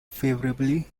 favorably